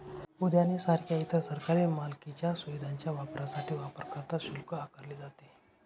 उद्याने सारख्या इतर सरकारी मालकीच्या सुविधांच्या वापरासाठी वापरकर्ता शुल्क आकारले जाते